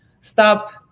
stop